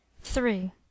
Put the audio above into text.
three